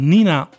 Nina